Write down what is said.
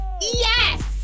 yes